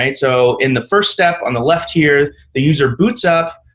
and so in the first step on the left here, the user boots up,